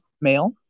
male